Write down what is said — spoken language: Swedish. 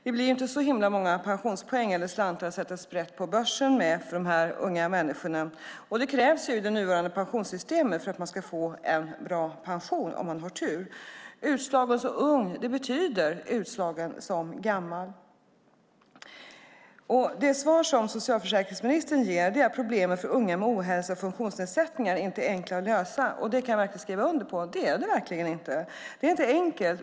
Det blir inte så himla många pensionspoäng eller slantar att sätta sprätt på på börsen för de unga människorna. Men det krävs ju i det nya pensionssystemet för att man ska få en bra pension, om man har tur. Utslagen som ung betyder utslagen som gammal. Det svar som socialförsäkringsministern ger är att problemet för unga med ohälsa och funktionsnedsättningar inte är enkla att lösa. Det kan jag skriva under på. Det är det verkligen inte.